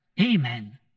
Amen